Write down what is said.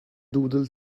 doodle